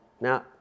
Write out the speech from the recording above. Now